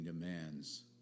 demands